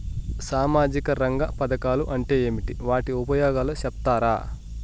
సామాజిక రంగ పథకాలు అంటే ఏమి? వాటి ఉపయోగాలు సెప్తారా?